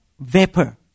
vapor